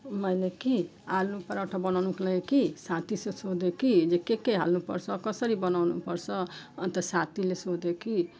मैले कि आलुपराठा बनाउनु लागि कि साथी से सोध्यो कि के के हाल्नुपर्छ कसरी बनाउनुपर्छ अन्त साथीले सोध्यो कि